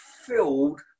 filled